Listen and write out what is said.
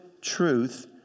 truth